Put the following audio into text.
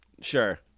sure